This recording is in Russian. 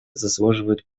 заслуживают